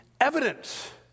evidence